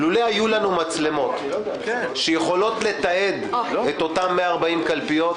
לולא היו לנו מצלמות שיכולות לתעד את אותם 140 קלפיות,